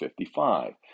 55